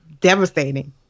devastating